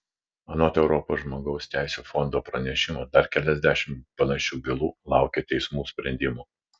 anot europos žmogaus teisių fondo pranešimo dar keliasdešimt panašių bylų laukia teismų sprendimų